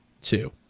two